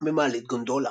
במעלית גונדולה.